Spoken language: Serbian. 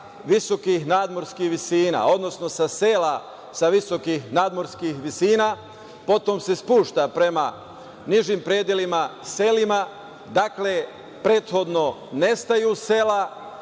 visokih nadmorskih visina, odnosno sa sela sa visokih nadmorskih visina, potom se spušta prema nižim predelima, selima, dakle, prethodno nestaju sela,